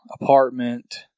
apartment